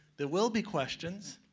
there will be questions.